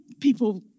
people